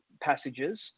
passages